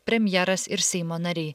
premjeras ir seimo nariai